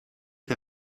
der